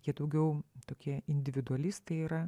jie daugiau tokie individualistai yra